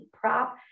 prop